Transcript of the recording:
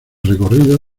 recorrido